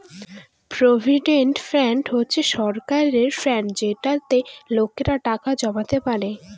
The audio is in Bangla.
প্রভিডেন্ট ফান্ড হচ্ছে সরকারের ফান্ড যেটাতে লোকেরা টাকা জমাতে পারে